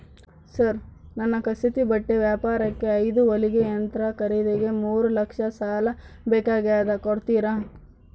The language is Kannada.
ಸರ್ ನನ್ನ ಕಸೂತಿ ಬಟ್ಟೆ ವ್ಯಾಪಾರಕ್ಕೆ ಐದು ಹೊಲಿಗೆ ಯಂತ್ರ ಖರೇದಿಗೆ ಮೂರು ಲಕ್ಷ ಸಾಲ ಬೇಕಾಗ್ಯದ ಕೊಡುತ್ತೇರಾ?